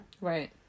Right